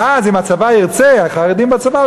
ואז אם הצבא ירצה חרדים בצבא,